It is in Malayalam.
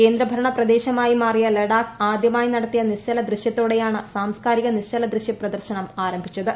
കേന്ദ്രഭരണ പ്രദേശമായി മാറിയ ലഡാക്ക് ആദ്യമായി നടത്തിയ നിശ്ചലദൃശ്യത്തോടെയാണ് സാംസ്കാരിക നിശ്ചലദൃശ്യ പ്രദർശനം ആരംഭിച്ചത്